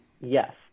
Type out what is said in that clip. yes